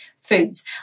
Foods